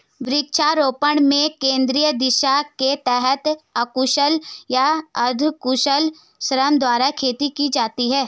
वृक्षारोपण में केंद्रीय दिशा के तहत अकुशल या अर्धकुशल श्रम द्वारा खेती की जाती है